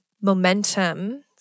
momentum